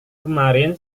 kemarin